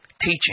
teaching